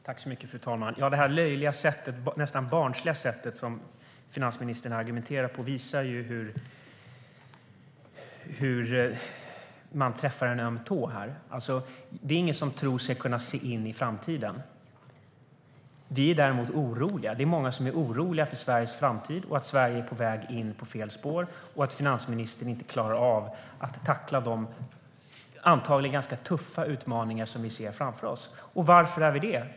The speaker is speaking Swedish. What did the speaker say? Fru talman! Det här löjliga, nästan barnsliga, sättet som finansministern argumenterar på visar hur jag träffar en öm tå här. Det är ingen som tror sig kunna se in i framtiden. Vi är däremot många som är oroliga för Sveriges framtid, att Sverige är på väg in på fel spår och att finansministern inte klarar av att tackla de antagligen ganska tuffa utmaningar som vi ser framför oss. Och varför är vi det?